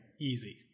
easy